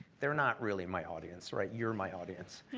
they're not really my audience, right? you're my audience.